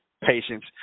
patience